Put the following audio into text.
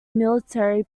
military